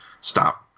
stop